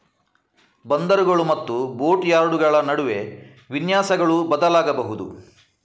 ಬಂದರುಗಳು ಮತ್ತು ಬೋಟ್ ಯಾರ್ಡುಗಳ ನಡುವೆ ವಿನ್ಯಾಸಗಳು ಬದಲಾಗಬಹುದು